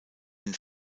den